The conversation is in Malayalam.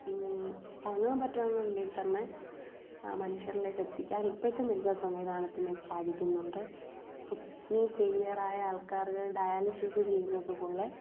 താങ്ങാൻ പറ്റാവുന്ന വിലയിൽ തന്നെ മനുഷ്യരിലേക്കെത്തിക്കാൻ ഇപ്പോഴത്തെ മെഡിക്കൽ സംവിധാനത്തിന് സാധിക്കുന്നുണ്ട് ഇപ്പം കിഡ്നി ഫെയ്ലിയാറായ ആൾക്കാർക്ക് ഡയാലിസിസ് ചെയ്യുന്നത് പോലെ